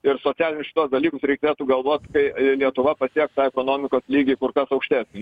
ir socialinius šituos dalykus reikėtų galvot kai lietuva pasieks tą ekonomikos lygį kur kas aukštesnį